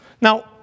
Now